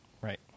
Right